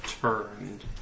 turned